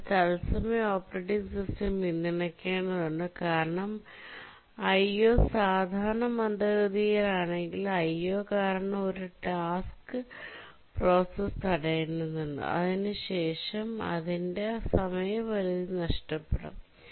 ഇവഒരു തത്സമയ operating system പിന്തുണയ്ക്കേണ്ടതുണ്ട് കാരണം IO സാധാരണ മന്ദഗതിയിലാണെങ്കിൽ IOകാരണം ഒരു ടാസ്ക് പ്രോസസ്സ് തടയേണ്ടതുണ്ട് അതിനുശേഷം അതിന്റെ സമയപരിധിയും നഷ്ടപ്പെടാം